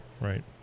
right